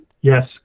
Yes